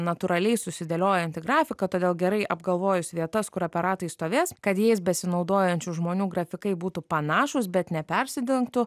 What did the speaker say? natūraliai susidėliojantį grafiką todėl gerai apgalvojus vietas kur aparatai stovės kad jais besinaudojančių žmonių grafikai būtų panašūs bet nepersidengtų